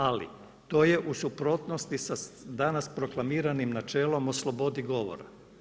Ali to je u suprotnosti sa danas proklamiranim načelom o slobodi govora.